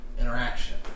interaction